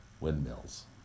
windmills